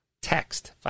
Text